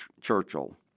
Churchill